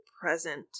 present